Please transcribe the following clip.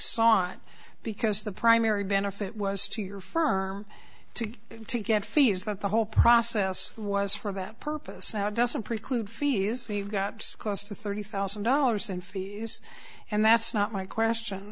sought because the primary benefit was to your firm to to get fees that the whole process was for that purpose now doesn't preclude fees we've got close to thirty thousand dollars in fees and that's not my question